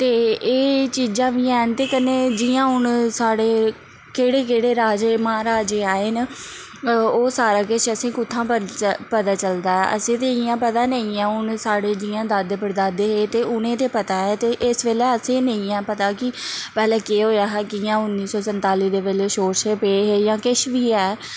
ते एह् चीज़ां बी हैन ते कन्नै जियां हून साढ़े केह्ड़े केह्ड़े राजे महाराजे आए न ओह् सारा किश असें कुत्थुआं पता पता चलदा ऐ असें ते इ'यां पता नी ऐ जियां हून साढ़े जियां दादे परदादे हे ते उनें ते पता ऐ ते इस बेल्लै असेंगी नेईं ऐ पता कि पैह्ले केह् होएआ हा कि'यां उन्नी सौ संताली दे बेल्लै शौछे पे हे जां किश बी ऐ